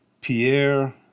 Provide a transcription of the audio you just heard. Pierre